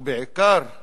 ובעיקר,